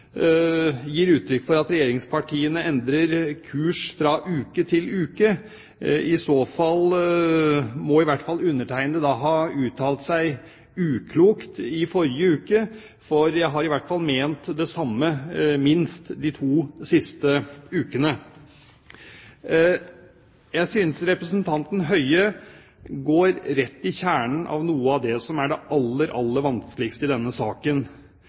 gir uttrykk for at regjeringspartiene endrer kurs fra uke til uke. I så fall må undertegnede ha uttalt seg uklokt i forrige uke, for jeg har i hvert fall ment det samme de to siste ukene, minst. Jeg synes representanten Høie går rett i kjernen på noe av det som er det aller vanskeligste i denne saken,